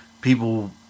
People